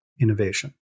innovation